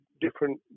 different